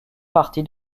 partie